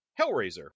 Hellraiser